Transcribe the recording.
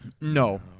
No